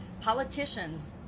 politicians